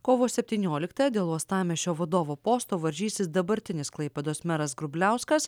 kovo septynioliktąją dėl uostamiesčio vadovo posto varžysis dabartinis klaipėdos meras grubliauskas